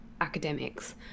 academics